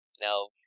no